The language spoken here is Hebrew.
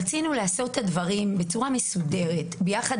רצינו לעשות את הדברים בצורה מסודרת יחד